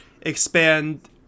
expand